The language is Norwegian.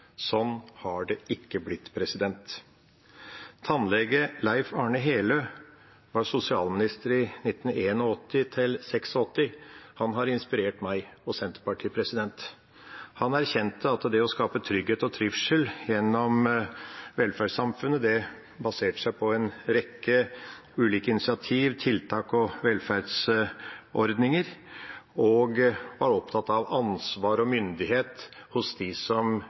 Sånn har det ikke blitt. Tannlege Leif Arne Heløe var sosialminister fra 1981 til 1986. Han har inspirert meg og Senterpartiet. Han erkjente at det å skape trygghet og trivsel gjennom velferdssamfunnet baserte seg på en rekke ulike initiativ, tiltak og velferdsordninger. Han var opptatt av ansvar og myndighet hos dem som